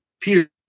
peter